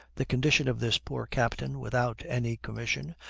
the condition of this poor captain without any commission,